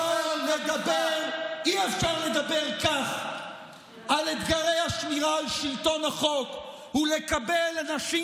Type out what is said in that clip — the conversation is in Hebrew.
אי-אפשר לדבר כך על אתגרי השמירה על שלטון החוק ולקבל אנשים